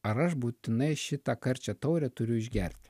ar aš būtinai šitą karčią taurę turiu išgerti